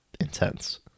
intense